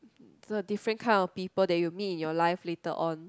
the different kind of people that you meet in your life later on